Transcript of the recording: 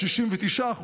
69%,